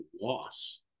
loss